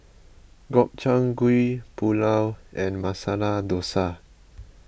Gobchang Gui Pulao and Masala Dosa